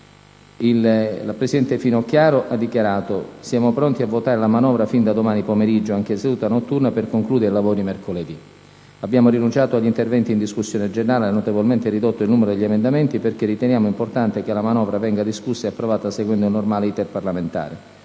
La presidente Finocchiaro ha dichiarato: «Siamo pronti a votare la manovra fin da domani pomeriggio, anche in seduta notturna, per concludere i lavori mercoledì. Abbiamo rinunciato agli interventi in discussione generale e notevolmente ridotto il numero degli emendamenti, perché riteniamo importante che la manovra venga discussa e approvata seguendo il normale *iter* parlamentare.